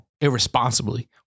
irresponsibly